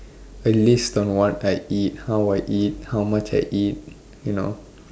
a list on what I eat how I eat how much I eat you know